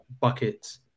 buckets